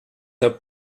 der